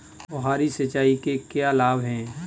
फुहारी सिंचाई के क्या लाभ हैं?